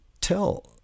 tell